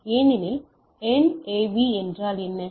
எனவே என்ஏவி என்றால் என்ன